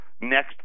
next